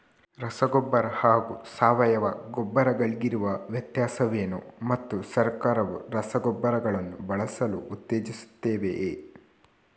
ರಸಗೊಬ್ಬರ ಹಾಗೂ ಸಾವಯವ ಗೊಬ್ಬರ ಗಳಿಗಿರುವ ವ್ಯತ್ಯಾಸವೇನು ಮತ್ತು ಸರ್ಕಾರವು ರಸಗೊಬ್ಬರಗಳನ್ನು ಬಳಸಲು ಉತ್ತೇಜಿಸುತ್ತೆವೆಯೇ?